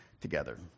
together